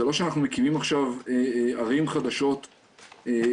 זה לא שאנחנו מקימים עכשיו ערים חדשות על